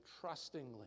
trustingly